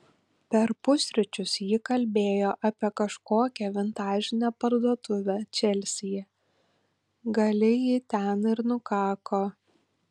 per pusryčius ji kalbėjo apie kažkokią vintažinę parduotuvę čelsyje gali ji ten ir nukako